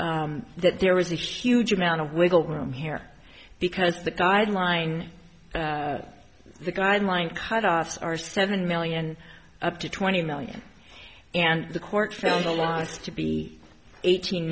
error that there was a huge amount of wiggle room here because the guideline the guideline cutoffs are seven million up to twenty million and the court found the last to be eighteen